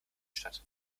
statt